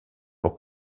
pour